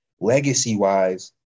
legacy-wise